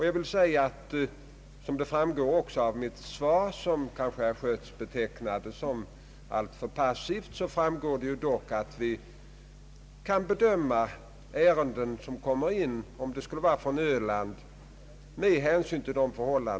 Av mitt interpellationssvar, som herr Schött kanske ansåg vara alltför passivt, framgår det dock att vi är angelägna att positivt bedöma ärenden som kommer oss till handa beträffande de problem som finns på Öland.